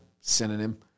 Synonym